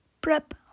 prep